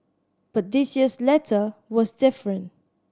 but this year's letter was different